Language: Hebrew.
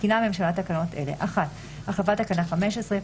מתקינה הממשלה תקנות אלה: החלפת תקנה 15.